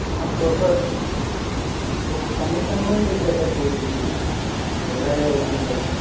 हाँ प्रॉपर वो कनेक्शन में ही दिक्कत है थोड़ी सी हो जायेगा वो तो सही